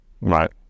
Right